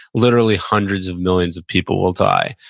literally hundreds of millions of people will die.